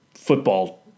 football